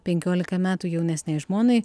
penkiolika metų jaunesnei žmonai